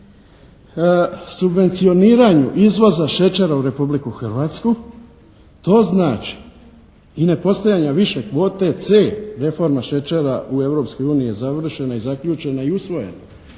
nesubvencioniranju izvoza šećera u Republiku Hrvatsku to znači i nepostojanja više kvote C – reforma šećera u Europskoj uniji je završena i zaključena i usvojena